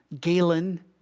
Galen